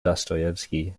dostoyevsky